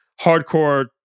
hardcore